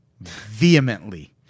vehemently